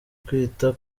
kwita